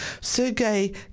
Sergei